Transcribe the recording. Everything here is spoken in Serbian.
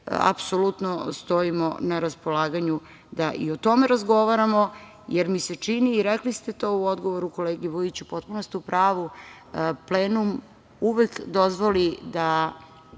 apsolutno stojimo na raspolaganju da i o tome razgovaramo, jer čini mi se, i rekli ste u odgovoru kolegi Vujiću, potpuno ste u pravu, plenum uvek dozvoli da